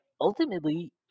ultimately